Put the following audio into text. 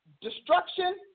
destruction